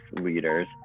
leaders